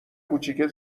کوچیکه